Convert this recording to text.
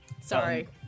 Sorry